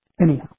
Anyhow